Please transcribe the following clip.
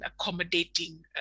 accommodating